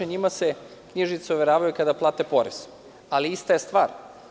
Njima se knjižice overavaju kada plate porez, ali ista je stvar.